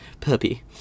puppy